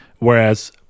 Whereas